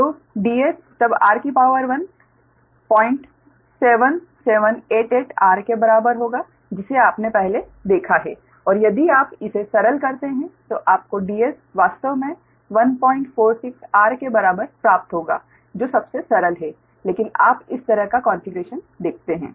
तो Ds तब r 07788r के बराबर होगा जिसे आपने पहले देखा है और यदि आप इसे सरल करते हैं तो आपको Ds वास्तव में 146r के बराबर प्राप्त होगा जो सबसे सरल है लेकिन आप इस तरह का कॉन्फ़िगरेशन देखते हैं